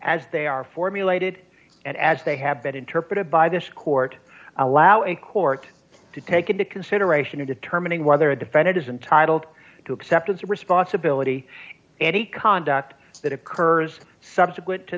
as they are formulated and as they have been interpreted by this court allow a court to take into consideration in determining whether a defendant is entitled to acceptance of responsibility any conduct that occurs subsequent to